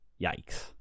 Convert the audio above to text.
Yikes